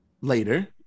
later